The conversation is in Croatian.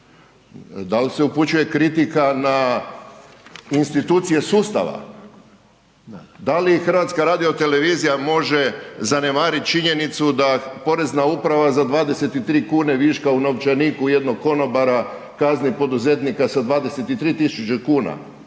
Dal se upućuje kritika na institucije sustava? Da li HRT može zanemariti činjenicu da Porezna uprava za 23 kuna viška u novčaniku jednog konobara, kazni poduzetnika sa 23 000 kuna?